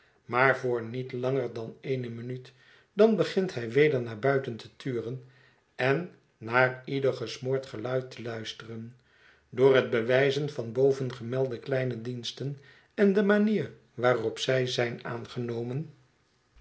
maar voor niet langer dan eene minuut dan begint hij weder naar buiten te turen en naar ieder gesmoord geluid te luisteren door het bewijzen van bovengemelde kleine diensten en de manier waarop zij zijn aangenomen